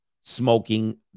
smoking